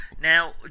Now